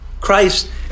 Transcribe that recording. Christ